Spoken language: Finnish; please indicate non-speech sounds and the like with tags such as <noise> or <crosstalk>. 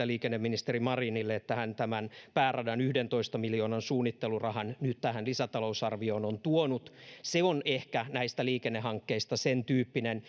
<unintelligible> liikenneministeri marinille siitä että hän tämän pääradan yhdentoista miljoonan suunnittelurahan nyt tähän lisätalousarvioon on tuonut se on ehkä näistä liikennehankkeista sen tyyppinen <unintelligible>